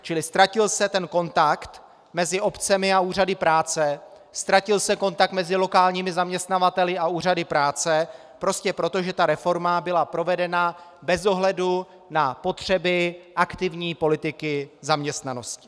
Čili ztratil se kontakt mezi obcemi a úřady práce, ztratil se kontakt mezi lokálními zaměstnavateli a úřady práce prostě proto, že ta reforma byla provedena bez ohledu na potřeby aktivní politiky zaměstnanosti.